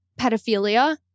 pedophilia